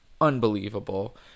unbelievable